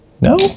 No